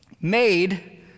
Made